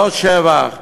לא מס שבח,